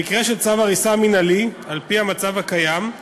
במקרה של צו הריסה מינהלי, על-פי המצב הקיים,